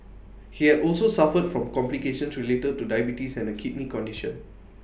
he had also suffered from complications related to diabetes and A kidney condition